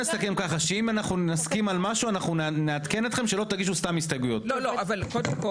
נוכל להגיש כמה הסתייגויות שאנחנו רוצים תוך כדי --- לא כחול חדש?